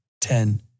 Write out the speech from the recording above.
ten